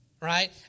Right